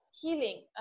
healing